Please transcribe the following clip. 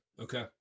Okay